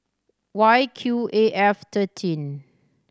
Y Q A F thirteen